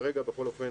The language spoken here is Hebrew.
כרגע בכל אופן